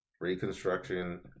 reconstruction